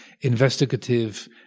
investigative